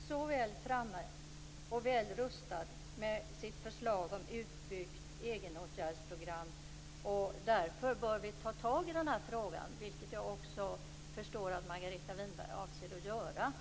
ligger väl framme och är välrustat med förslaget om utbyggt egenåtgärdsprogram. Därför bör vi ta tag i den här frågan, vilket jag förstår att Margareta Winberg också avser att göra.